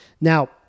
Now